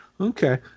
Okay